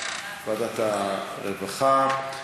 ועדת העבודה והרווחה.